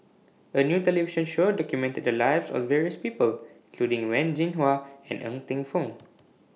A New television Show documented The Lives of various People including Wen Jinhua and Ng Teng Fong